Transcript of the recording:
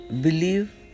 believe